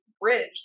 bridge